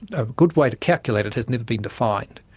a good way to calculate it has never been defined.